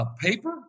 paper